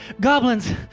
Goblins